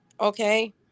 okay